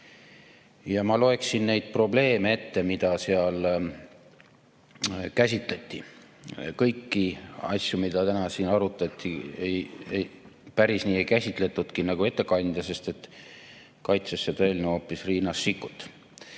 Ma loeksin ette neid probleeme, mida seal käsitleti. Kõiki asju, mida täna siin arutati, päris nii ei käsitletudki nagu ettekandja, sest kaitses seda eelnõu hoopis Riina Sikkut.